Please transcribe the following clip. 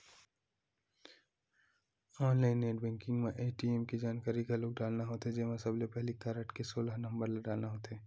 online net banking म ATM के जानकारी घलोक डालना होथे जेमा सबले पहिली कारड के सोलह नंबर ल डालना होथे